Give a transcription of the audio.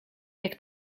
jak